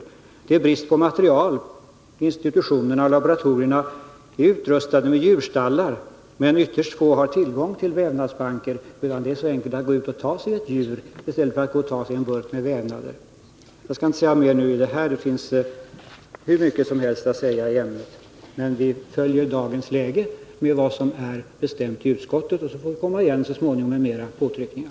Det råder vidare brist på material — institutioner och laboratorier är utrustade med djurstallar, men ytterst få har tillgång till vävnadsbanker. Det är så enkelt att gå ut och ta ett djur i stället för att ta en glasburk med vävnader. Jag skall inte säga mer nu om det här — det finns hur mycket som helst att säga i ämnet — men vi följer dagens läge utifrån vad som sägs i utskottsbetänkandet. Vi får komma igen så småningom med mera påtryckningar.